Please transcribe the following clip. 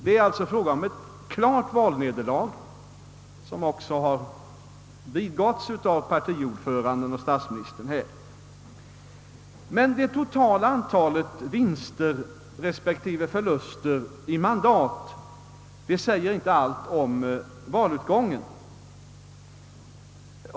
Det är alltså fråga om ett klart valnederlag, något som också vidgåtts av partiordföranden, statsminister Erlander. Men det totala antalet vinster respektive förluster i mandat säger inte allt om valutgången.